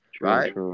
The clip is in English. right